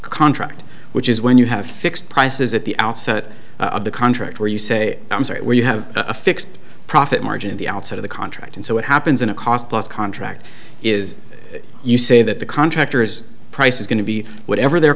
contract which is when you have fixed prices at the outset of the contract where you say where you have a fixed profit margin at the outset of the contract and so what happens in a cost plus contract is you say that the contractor's price is going to be whatever their